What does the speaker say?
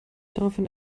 daraufhin